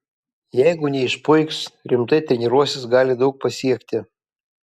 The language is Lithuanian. jeigu neišpuiks rimtai treniruosis gali daug pasiekti